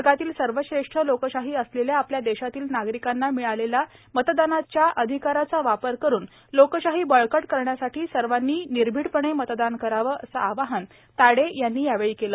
जगातील सर्वश्रेष्ठ लोकशाही असलेल्या आपल्या देशातील नागरिकांना मिळालेला मतदानाचा अधिकाराचा वापर करुन लोकशाही बळकट करण्यासाठी सर्वांनी निर्भिडपणे मतदान करावं असं आवाहन ताडे यांनी यावेळी केलं